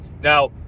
Now